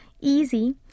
Easy